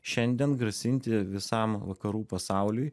šiandien grasinti visam vakarų pasauliui